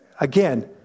again